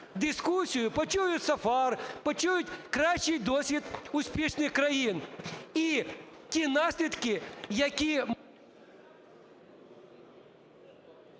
дискусію, почують SAFER, почують кращий досвід успішних країн,